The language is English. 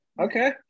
Okay